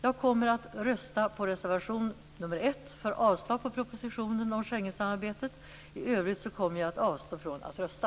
Jag kommer att rösta på reservation 1 övrigt kommer jag att avstå från att rösta.